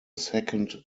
second